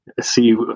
see